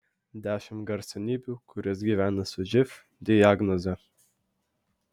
dešimt garsenybių kurios gyvena su živ diagnoze